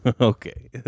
Okay